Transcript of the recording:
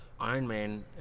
Ironman